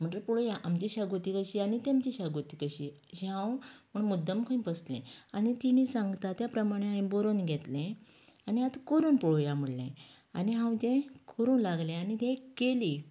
म्हणटरी पळोवया आमची शागोती कशी आनी तेंची शागोती कशी अशें हांव पूण मुद्दम खंय बसले आनी तिणे सांगता त्या प्रमाणे हांयेन बरोवन घेतलें आनी आतां करून पळोवया म्हणले आनी हांव तें करूंक लागले आनी केली